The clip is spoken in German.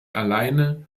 alleine